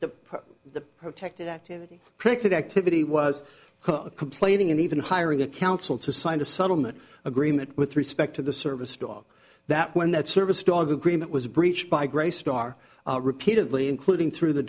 protected activity predicted activity was complaining and even hiring a council to sign a settlement agreement with respect to the service dog that when that service dog agreement was breached by grace starr repeatedly including through the